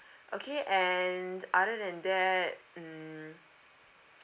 okay and other than that mm